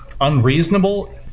unreasonable